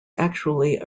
actually